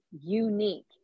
unique